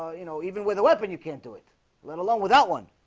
you know even with a weapon you can't do it let alone with that one